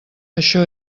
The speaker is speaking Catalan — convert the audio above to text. això